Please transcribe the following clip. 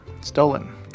stolen